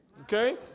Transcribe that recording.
Okay